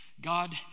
God